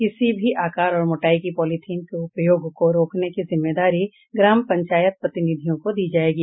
किसी भी आकार और मोटाई की पॉलिथीन के उपयोग को रोकने की जिम्मेदारी ग्राम पंचायत प्रतिनिधियों को दी जायेगी